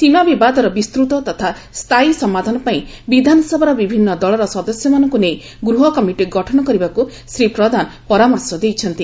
ସୀମା ବିବାଦର ବିସ୍ତୂତ ତଥା ସ୍କାୟୀ ସମାଧାନ ପାଇଁ ବିଧାନସଭାର ବିଭିନ୍ତ ଦଳର ସଦସ୍ୟମାନଙ୍କ ନେଇ ଗୃହ କମିଟି ଗଠନ କରିବାକୁ ଶ୍ରୀ ପ୍ରଧାନ ପରାମର୍ଶ ଦେଇଛନ୍ତି